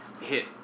hit